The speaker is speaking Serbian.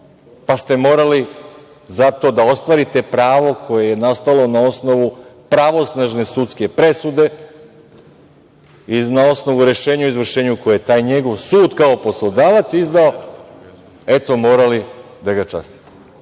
pa ste morali zato da ostvarite pravo koje je nastalo na osnovu pravosnažne sudske presude, na osnovu rešenja o izvršenju koje je taj njegov sud kao poslodavac izdao, eto, morali da ga častite. Sad